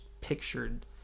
pictured